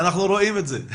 ואנחנו יכולים היום